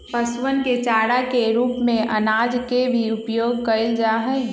पशुअन के चारा के रूप में अनाज के भी उपयोग कइल जाहई